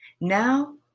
Now